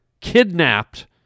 kidnapped